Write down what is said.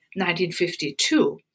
1952